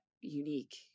unique